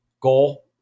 goal